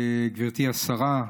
גברתי השרה,